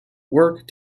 work